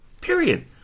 period